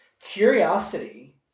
curiosity